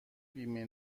بیمه